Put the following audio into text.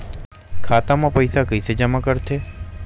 खाता म पईसा कइसे जमा करथे?